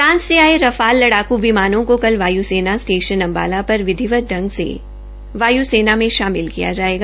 France से आये Rafale लड़ाकू विमानों को कल वाय् सेना स्टेशन अम्बाला पर विधिवत प्रगंग से वायु सेना में शामिल किया जायेगा